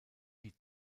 die